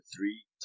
three